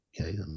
okay